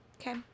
Okay